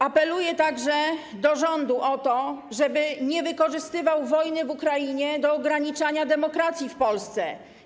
Apeluję także do rządu o to, żeby nie wykorzystywał wojny w Ukrainie do ograniczania demokracji w Polsce.